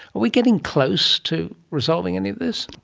we getting close to resolving any of this?